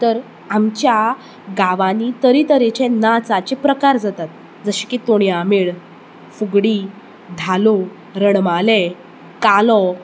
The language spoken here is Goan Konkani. तर आमच्या गांवांनी तरे तरेचे नाचाचे प्रकार जातात जशें की तोणयां मेळ फुगडी धालो रणमालें कालो